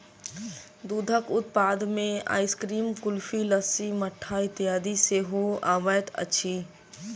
दूधक उत्पाद मे आइसक्रीम, कुल्फी, लस्सी, मट्ठा इत्यादि सेहो अबैत अछि